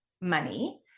money